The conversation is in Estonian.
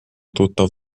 tuttav